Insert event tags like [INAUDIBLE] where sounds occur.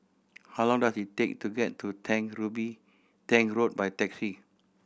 how long does it take to get to Tank [UNINTELLIGIBLE] Tank Road by taxi